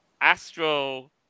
Astro